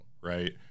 right